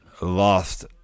lost